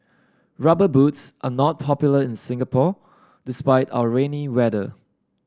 rubber boots are not popular in Singapore despite our rainy weather